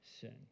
sin